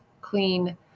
clean